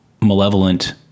malevolent